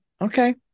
okay